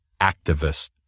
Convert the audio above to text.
activist